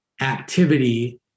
activity